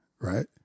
right